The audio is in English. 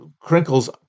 crinkles